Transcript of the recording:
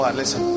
listen